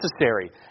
necessary